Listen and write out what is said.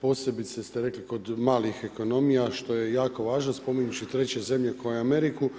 posebice ste rekli kod malih ekonomija što je jako važno, spominjući treće zemlje kao i Ameriku.